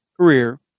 career